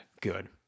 good